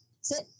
sit